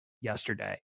yesterday